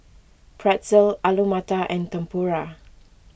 Pretzel Alu Matar and Tempura